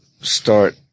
start